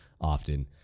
often